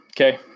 Okay